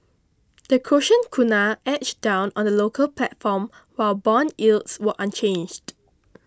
the Croatian kuna edged down on the local platform while bond yields were unchanged